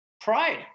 pride